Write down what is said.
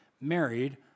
married